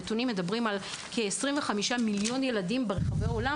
הנתונים מדברים על כ-25 מיליוני ילדים ברחבי העולם